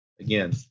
again